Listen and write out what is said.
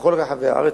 בכל רחבי הארץ,